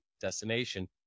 destination